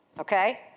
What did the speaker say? okay